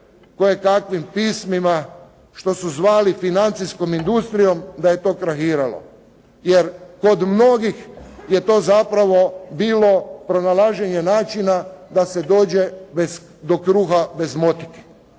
kojekakvim pismima što su zvali financijskom industrijom da je to krahiralo. Jer kod mnogih je to zapravo bilo pronalaženje načina da se dođe do kruha bez motike.